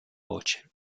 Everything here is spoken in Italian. voce